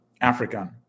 African